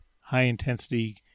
high-intensity